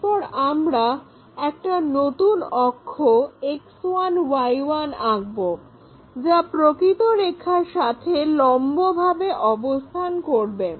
এরপর আমরা একটা নতুন অক্ষ X1Y1 আঁকবো যা প্রকৃত রেখার সাথে লম্বভাবে অবস্থান করবে